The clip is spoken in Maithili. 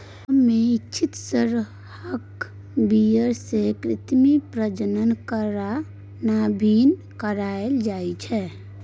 फर्म मे इच्छित सरहाक बीर्य सँ कृत्रिम प्रजनन करा गाभिन कराएल जाइ छै